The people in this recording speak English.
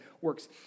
works